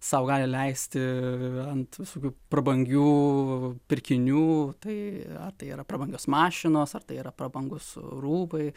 sau gali leisti ant visokių prabangių pirkinių tai ar tai yra prabangios mašinos ar tai yra prabangūs rūbai